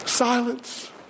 silence